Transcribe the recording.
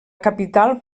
capital